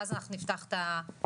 ואז אנחנו נפתח את הדיון.